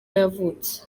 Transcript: yavutse